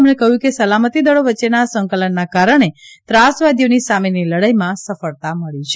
તેમણે કહ્યું કે સલામતિદળો વચ્ચેના સંકલનના કારણે ત્રાસવાદીઓની સામેની લડાઇમાં સફળતા મળી છે